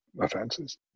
offenses